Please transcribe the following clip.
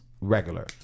regular